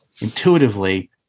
intuitively